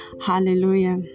Hallelujah